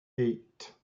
eight